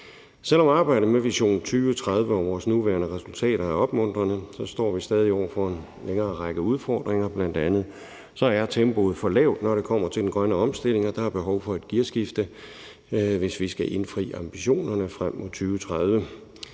Selv om arbejdet med visionen for 2030 og vores nuværende resultater er opmuntrende, står vi stadig over for en længere række udfordringer; bl.a. er tempoet for lavt, når det kommer til den grønne omstilling, og der er behov for et gearskifte, hvis vi skal indfri ambitionerne frem mod 2030.